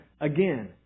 again